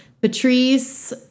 Patrice